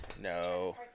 No